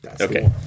okay